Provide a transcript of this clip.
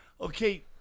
Okay